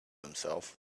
himself